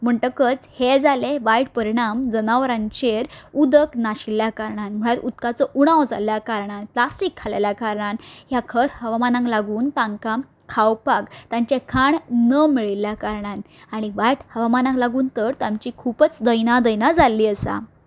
म्हणटकच हे जाले वायट परिणान जनावरांचेर उदक नाशिल्ल्या कारणान म्हळ्यार उदकाचो उणाव जाल्या कारणान प्लास्टीक खाल्लेल्या कारणान ह्या खर हवामानाक लागून तांकां खावपाक तांचें खाण न मेळिल्ल्या कारणान आनी वायट हवामानाक लागून तर तांची खूबच दयना दयना जाल्ली आसा